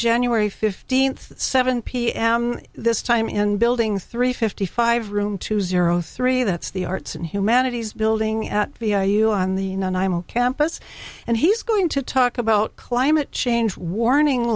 january fifteenth at seven pm this time in building three fifty five room two zero three that's the arts and humanities building at the i you on the campus and he's going to talk about climate change warning